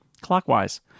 clockwise